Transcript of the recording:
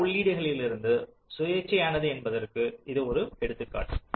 மற்ற உள்ளிட்டுகளிலிருந்து சுயேட்சையானது என்பதற்கு இது ஒரு எடுத்துக்காட்டு